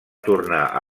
tornar